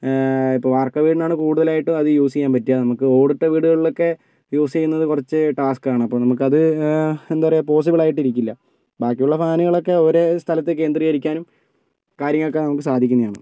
ഇപ്പം വാർക്ക വീടിനാണ് കൂടുതലായിട്ടും അത് യൂസ് ചെയ്യാൻ പറ്റുക നമുക്ക് ഓട് ഇട്ട വീടുകളിലൊക്കെ യൂസ് ചെയ്യുന്നത് കുറച്ച് ടാസ്കാണ് അപ്പം നമുക്ക് അത് എന്താ പറയുക പോസ്സിബിളായിരിക്കില്ല ബാക്കിയുള്ള ഫാനുകളൊക്കെ ഓരോ സ്ഥലത്തേക്ക് കേന്ദ്രീകരിക്കാനും കാര്യങ്ങളൊക്കെ നമുക്ക് സാധിക്കുന്നതാണ്